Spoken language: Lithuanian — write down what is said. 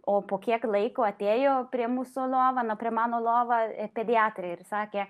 o po kiek laiko atėjo prie mūsų lova na prie mano lova pediatrai ir sakė